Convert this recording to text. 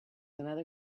another